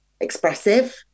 expressive